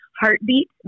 heartbeat